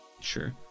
Sure